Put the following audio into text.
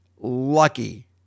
lucky